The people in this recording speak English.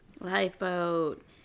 Lifeboat